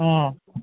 অঁ